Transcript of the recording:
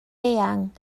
eang